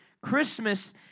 Christmas